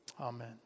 Amen